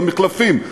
במחלפים,